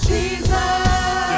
Jesus